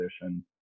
position